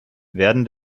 werden